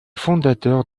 fondateur